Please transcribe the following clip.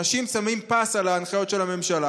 אנשים שמים פס על ההנחיות של הממשלה